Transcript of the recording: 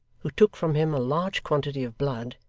who took from him a large quantity of blood,